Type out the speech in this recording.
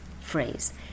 phrase